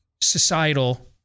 societal